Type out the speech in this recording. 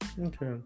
okay